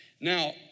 Now